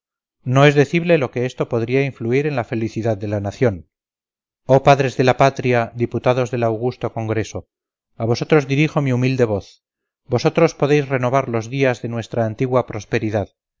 no es decible lo que esto podría influir en la felicidad de la nación oh padres de la patria diputados del augusto congreso a vosotros dirijo mi humilde voz vosotros podéis renovar los días de nuestra antigua prosperidad